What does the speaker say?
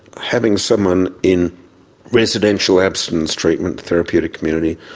having someone in residential abstinence treatment, therapeutic community,